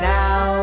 now